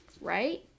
Right